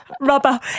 rubber